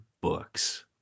books